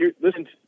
listen